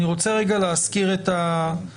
אני רוצה להזכיר את הסיטואציה.